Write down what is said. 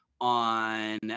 on